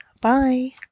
bye